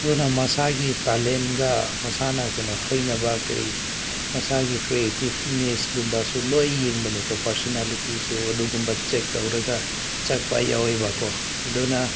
ꯑꯗꯨꯅ ꯃꯁꯥꯒꯤ ꯇꯦꯂꯦꯟꯒ ꯃꯁꯥꯅ ꯀꯩꯅꯣ ꯍꯩꯅꯕ ꯀꯔꯤ ꯃꯁꯥꯒꯤ ꯀ꯭ꯔꯦꯇꯤꯕꯅꯦꯁꯒꯨꯝꯕꯁꯨ ꯂꯣꯏ ꯌꯦꯡꯕꯅꯤꯀꯣ ꯄꯥꯔꯁꯣꯅꯦꯂꯤꯇꯤꯁꯨ ꯑꯗꯨꯒꯨꯝꯕ ꯆꯦꯛ ꯇꯧꯔꯒ ꯆꯠꯄ ꯌꯥꯎꯋꯦꯕꯀꯣ ꯑꯗꯨꯅ